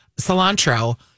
cilantro